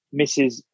mrs